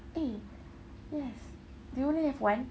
eh yes do you only have one